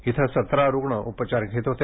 इथं सतरा रुग्ण उपचार घेत होते